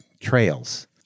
trails